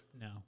No